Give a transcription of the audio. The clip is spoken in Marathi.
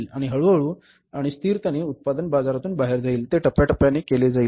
आणि हळूहळू आणि स्थिरतेने उत्पादन बाजारातून बाहेर जाईल ते टप्प्याटप्प्याने केले जाईल